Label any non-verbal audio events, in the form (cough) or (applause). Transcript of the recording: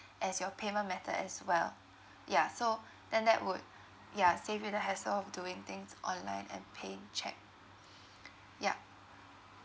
as your payment method as well ya so then that would ya save you the hassle of doing things online and paying cheque (breath) yup